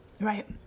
Right